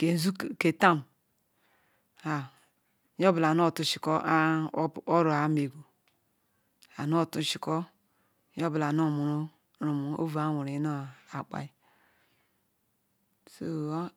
Nezu ka keh tah ha nyeʊbula oro-a meyu intushiko nyeobula noh muru-rumu ovu awari ah-kpi soh